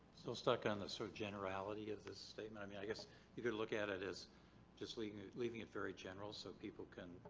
still stuck on the sort of generality of the statement. i mean i guess you could look at it as just like leaving it very general so people can